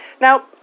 Now